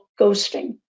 ghosting